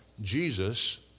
Jesus